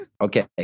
Okay